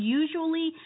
usually